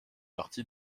partie